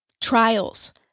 trials